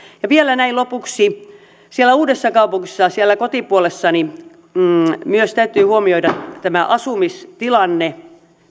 vielä näin lopuksi uudessakaupungissa kotipuolessani myös täytyy huomioida tämä asumistilanne